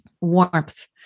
warmth